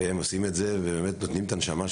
הם עושים את זה ונותנים את הנשמה.